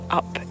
up